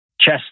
chess